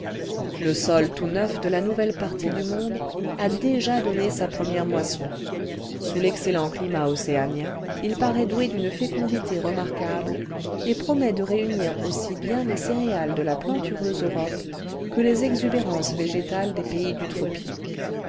le sol tout neuf de la nouvelle partie du monde a déjà donné sa première moisson sous l'excellent climat océanien il paraît doué d'une fécondité remarquable et promet de réunir aussi bien les céréales de la plantureuse europe que les exubérances végétales des pays du tropique